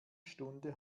stunde